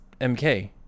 MK